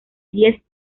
diez